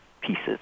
pieces